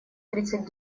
тридцать